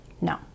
No